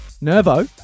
Nervo